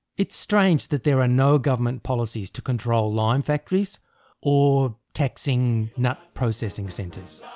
it's strange that there are no government policies to control lime factories or taxing nut processing centres.